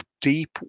deep